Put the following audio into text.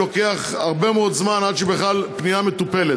ולכן מייד אחרי הנמקת ההצעה נצביע.